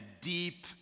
deep